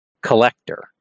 collector